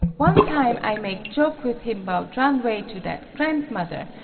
one time i make joke with him about run way to that grandmother,